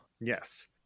Yes